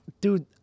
dude